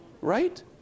right